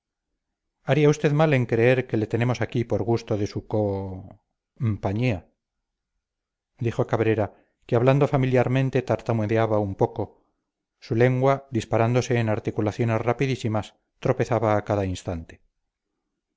haría usted mal en creer que le tenemos aquí por gusto de su co mpañía dijo cabrera que hablando familiarmente tartamudeaba un poco su lengua disparándose en articulaciones rapidísimas tropezaba a cada instante